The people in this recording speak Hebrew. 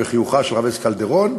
וחיוכה של חברת הכנסת קלדרון,